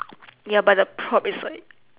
ya but the prop is like